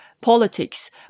politics